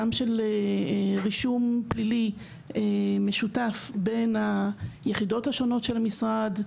גם של רישום פלילי משותף בין היחידות השונות של המשרד,